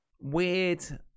weird